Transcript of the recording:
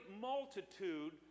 multitude